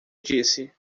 disse